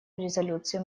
резолюции